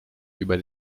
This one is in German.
über